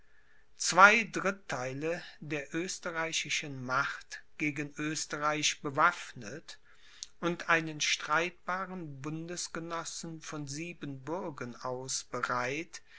zwei drittheile der österreichischen macht gegen oesterreich bewaffnet und einen streitbaren bundesgenossen von siebenbürgen aus bereit